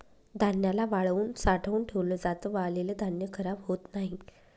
धान्याला वाळवून साठवून ठेवल जात, वाळलेल धान्य खराब होत नाही